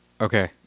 Okay